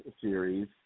series